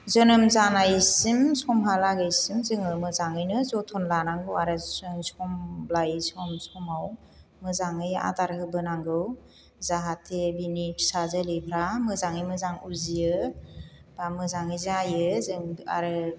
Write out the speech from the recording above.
जोनोम जानायसिम समहालागैसिम जोङो मोजाङैनो जोथोन लानांगौ आरो जों सम लायै समाव मोजाङै आदार होबोनांगौ जाहाथे बिनि फिसा जोलैफोरा मोजाङै मोजां उजियो बा मोजाङै जायो जों आरो